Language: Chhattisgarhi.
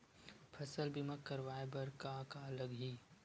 फसल बीमा करवाय बर का का लगही?